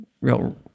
real